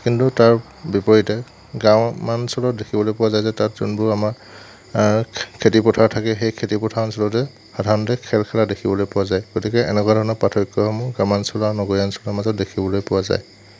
কিন্তু তাৰ বিপৰীতে গাওঁমানঞ্চলত দেখিবলৈ পোৱা যায় যে তাত যোনবোৰ আমাৰ খেতিপথাৰ থাকে সেই খেতিপথাৰ অঞ্চলতে সাধাৰণতে খেল খেলা দেখিবলৈ পোৱা যায় গতিকে এনেকুৱা ধৰণৰ পাৰ্থক্য়সমূহ গ্ৰাম্য়াঞ্চল আৰু নগৰীয়া অঞ্চলৰ মাজত দেখিবলৈ পোৱা যায়